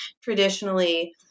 traditionally